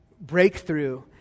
breakthrough